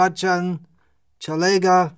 Chalega